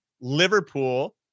Liverpool